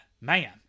Man